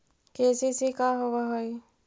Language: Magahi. के.सी.सी का होव हइ?